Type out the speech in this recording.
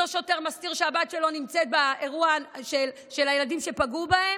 אותו שוטר מסתיר שהבת שלו נמצאת באירוע של הילדים שפגעו בהם,